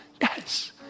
yes